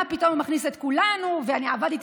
מה פתאום הוא מכניס את כולנו,